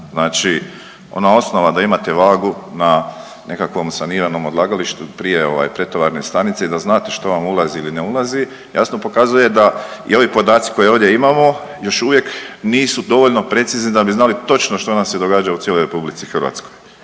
Znači ona osnova da imate vagu na nekakvom saniranom odlagalištu prije ovaj pretovarne stanice i da znate što vam ulazi ili ne ulazi jasno pokazuje da i ovi podaci koje ovdje imamo još uvijek nisu dovoljno precizni da bi znali točno što nam se događa u RH jer očito postoje